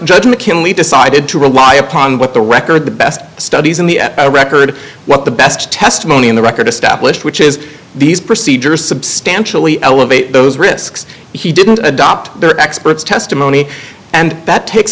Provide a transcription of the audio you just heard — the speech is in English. mckinley decided to rely upon what the record the best studies in the record what the best testimony in the record established which is these procedures substantially elevate those risks he didn't adopt their experts testimony and that takes